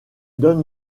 donne